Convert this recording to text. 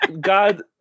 God